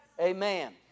Amen